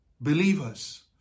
believers